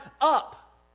up